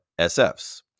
SFs